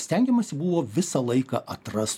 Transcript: stengiamasi buvo visą laiką atrast